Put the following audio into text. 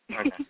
Okay